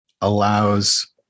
allows